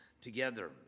together